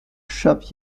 shop